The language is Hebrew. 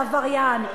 לעבריין,